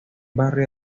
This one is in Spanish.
barrio